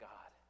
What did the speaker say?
God